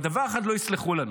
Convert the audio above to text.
על דבר אחד לא יסלחו לנו: